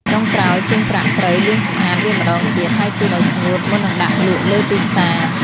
ចុងក្រោយ ជាងប្រាក់ត្រូវ លាងសម្អាត វាម្ដងទៀត ហើយជូតឱ្យស្ងួតមុននឹងដាក់លក់លើទីផ្សារ។